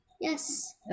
Yes